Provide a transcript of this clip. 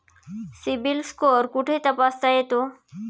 CIBIL score कुठे तपासता येतो?